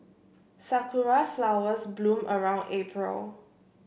Sakura flowers bloom around April